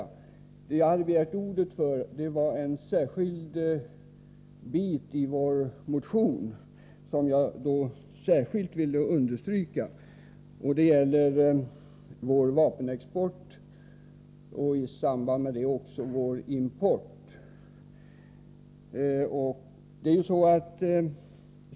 Anledningen till att jag begärt ordet är att jag särskilt vill understryka ett visst avsnitt i vår motion, nämligen det som gäller Sveriges vapenexport och även dess vapenimport.